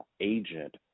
agent